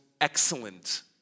excellent